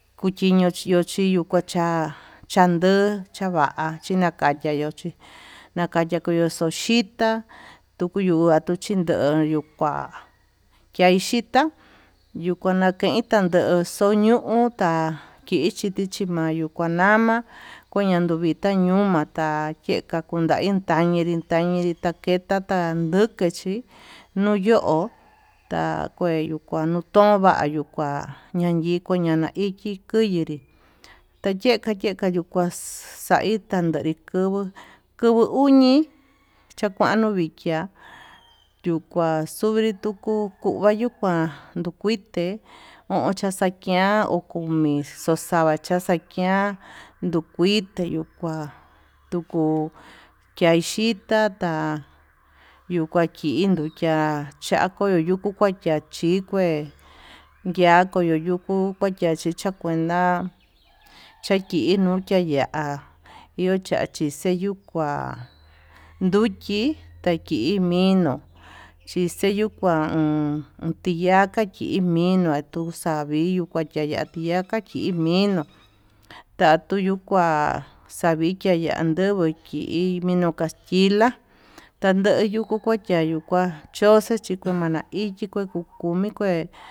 Kuchiño yochiyo kuacha'a chandu chavachí, lakaya yochí nakaya yo'o xoxhitá tuku yuu akunchindoyo kua kaixhitá yuu ua nakenin xoñotá kichiti chimayu kuan nama, kueña ñuu vitá ñomatá kenka kundaí taiñinri tañinri taketa tanduke chí, no'o yo ta kue kuanotuvayu yuu kua nayiko kua ña iki kuu yinrí, tayeka yeka yuu kua xaitan ndei kuvuu kuvuu uñi chakuano vikiá yuu kua xuvi tuku kuu vayuu kuan, ndukuite ho chaxakián komi xaxava chaxakián nduu kuite yuu kuá tuku kiaxhita ta'a yuu kua kii ndukiá cha'a kuyu yuku kua chikeí ya'a ko yoyuku kuachachi chakuenta chaki ñuu cha ya'a iho chachi xeyuu kua nduki taki mino, chixeyu kua oon tiyala ki mino tuu xavii yuu kuachia ya'a tiyaka kua kii mino tatu yuu kuá xavikia yandubu kii mino castila tamdeyu kua kua chuyu kuan, choxe chi ko mana ichíxi kukumi kué.